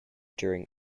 during